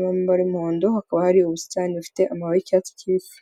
n'umuhondo hakaba hari ubusitani bufite amaba y'icyatsi kibisi.